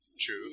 true